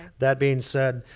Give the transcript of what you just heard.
that being said,